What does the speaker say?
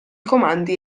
comandi